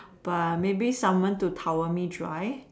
but maybe someone to towel me dry